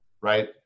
right